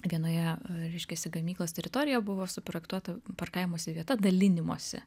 vienoje reiškiasi gamyklos teritorijoje buvo suprojektuota parkavimosi vieta dalinimosi